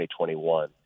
2021